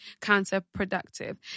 counterproductive